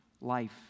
life